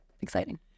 exciting